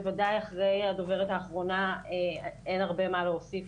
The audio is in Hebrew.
בוודאי שאחרי הדוברת האחרונה אין הרבה מה להוסיף,